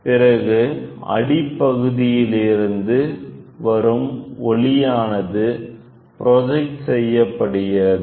பிறகு அடிப்பகுதியிலிருந்து வரும் ஒளியானது ப்ரொஜெக்ட் செய்யப்படுகிறது